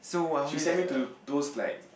she sent me to those like